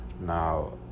Now